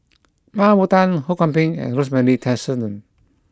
Mah Bow Tan Ho Kwon Ping and Rosemary Tessensohn